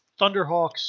Thunderhawks